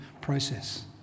process